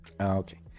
Okay